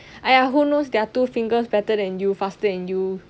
!aiya! who knows there are two fingers fatter than you faster than you